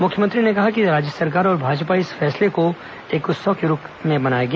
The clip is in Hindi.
मुख्यमंत्री ने कहा कि राज्य सरकार और भाजपा इस फैसले को एक उत्सव के तौर पर मनायेगी